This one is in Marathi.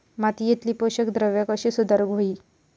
मातीयेतली पोषकद्रव्या कशी सुधारुक होई?